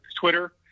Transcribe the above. Twitter